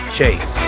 Chase